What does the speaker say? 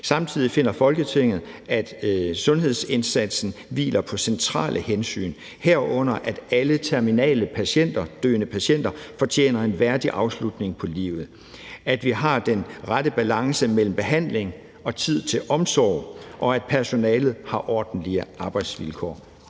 Samtidig finder Folketinget, at sundhedsindsatsen hviler på centrale hensyn, herunder at alle terminale patienter fortjener en værdig afslutning på livet, at vi har den rette balance mellem behandling og tid til omsorg, og at personalet har ordentlige arbejdsvilkår.«